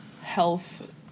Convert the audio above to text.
health